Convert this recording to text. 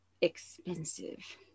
expensive